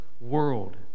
world